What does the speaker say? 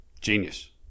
Genius